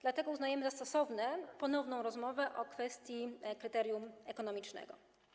Dlatego uznajemy za stosowne ponowić rozmowę o kwestii kryterium ekonomicznego.